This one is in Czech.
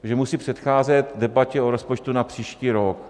Protože musí předcházet debatě o rozpočtu na příští rok.